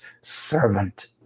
servant